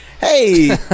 Hey